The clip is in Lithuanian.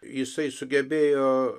jisai sugebėjo